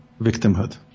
victimhood